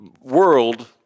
world